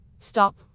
stop